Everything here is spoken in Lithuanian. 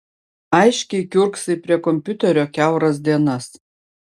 aiškiai kiurksai prie kompiuterio kiauras dienas